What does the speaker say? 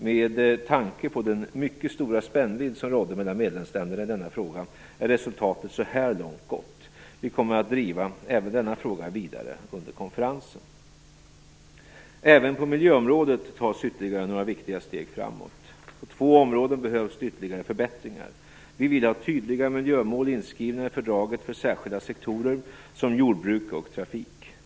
Med tanke på den mycket stora spännvidd som rådde mellan medlemsländerna i denna fråga är resultatet så här långt gott. Vi kommer att driva även denna fråga vidare under konferensen. Även på miljöområdet tas ytterligare några viktiga steg framåt. På två områden behövs ytterligare förbättringar: Vi vill har tydliga miljömål inskrivna i fördraget för särskilda sektorer som jordbruk och trafik.